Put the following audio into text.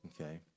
Okay